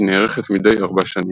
היא נערכת מדי ארבע שנים.